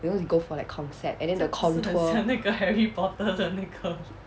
because he go for that concept and then the contour